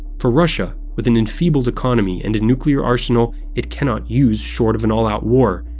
for russia, with an enfeebled economy and a nuclear arsenal it cannot use short of and all-out war,